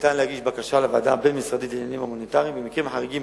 ניתן להגיש בקשה לוועדה הבין-משרדית לעניינים הומניטריים במקרים חריגים,